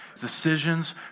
Decisions